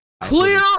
clear